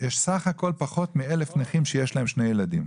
יש בסך הכול פחות מ-1,000 נכים שיש להם שני ילדים.